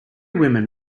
women